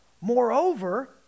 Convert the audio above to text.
Moreover